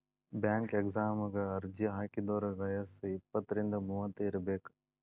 bank ಎಕ್ಸಾಮಗ ಅರ್ಜಿ ಹಾಕಿದೋರ್ ವಯ್ಯಸ್ ಇಪ್ಪತ್ರಿಂದ ಮೂವತ್ ಇರಬೆಕ್